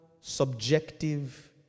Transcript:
Subjective